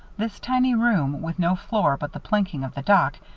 this tiny room, with no floor but the planking of the dock,